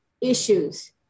issues